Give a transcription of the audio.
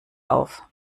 auf